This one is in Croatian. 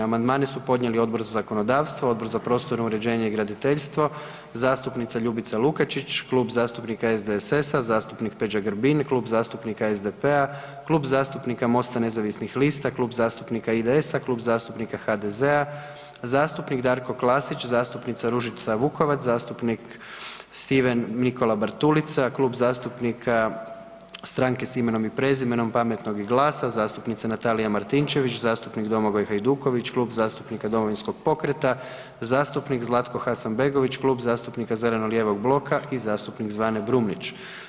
Amandmane su podnijeli Odbor za zakonodavstvo, Odbor za prostorno uređenje i graditeljstvo, zastupnika Ljubica Lukačić, Klub zastupnika SDSS-a, zastupnik Peđa Grbin i Klub zastupnika SDP-a, Klub zastupnika MOST-a nezavisnih lista, Klub zastupnika IDS-a, Klub zastupnika HDZ-a, zastupnik Darko Klasić, zastupnica Ružica Vukovac, zastupnik Stephen Nikola Bartulica, Klub zastupnika Stranke s imenom i prezimenom, Pametnog i GLAS-a, zastupnica Natalija Martinčević, zastupnik Domagoj Hajduković, Klub zastupnika Domovinskog pokreta, zastupnik Zlatko Hasanbegović, Klub zastupnika zelenog-lijevo bloka i zastupnik Zvane Brumnić.